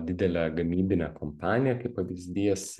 didelė gamybinė kompanija kaip pavyzdys